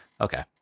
okay